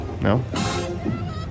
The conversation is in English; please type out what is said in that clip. No